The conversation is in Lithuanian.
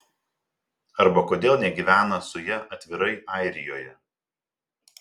arba kodėl negyvena su ja atvirai airijoje